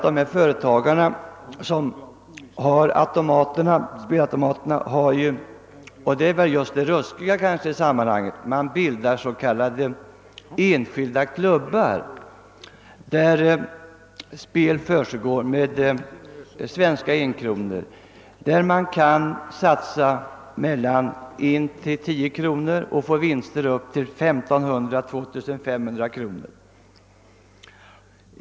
De företagare som har spelautomater — och det är detta som är det ruskiga i sammanhanget — bildar s.k. enskilda klubbar där spel försiggår med svenska enkronor och där man kan satsa mellan en och tio kronor och få vinster på 1500 till 2500 kronor.